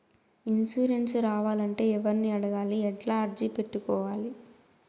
Insurance రావాలంటే ఎవర్ని అడగాలి? ఎట్లా అర్జీ పెట్టుకోవాలి?